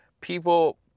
people